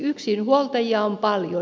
yksinhuoltajia on paljon